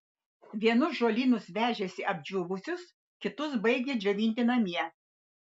vienus žolynus vežėsi apdžiūvusius kitus baigė džiovinti namie